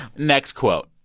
next quote.